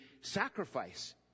sacrifice